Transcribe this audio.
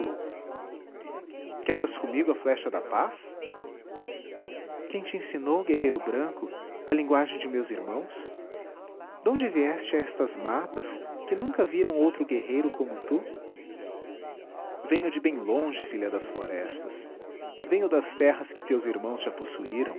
o guerreiro falou quebras comigo a flecha da paz quem te ensinou guerreiro branco a linguagem de meus irmãos donde vieste a estas matas que nunca viram outro guerreiro como tu venho de bem longe filha das florestas venho das terras que teus irmãos já possuíram